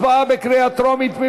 הצבעה בקריאה טרומית.